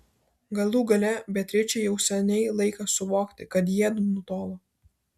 galų gale beatričei jau seniai laikas suvokti kad jiedu nutolo